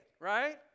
right